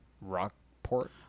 Rockport